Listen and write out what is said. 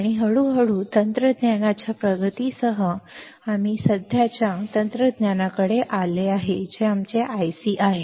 आणि हळूहळू तंत्रज्ञानाच्या प्रगतीसह आम्ही सध्याच्या तंत्रज्ञानाकडे आलो जे आमचे IC आहे